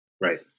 Right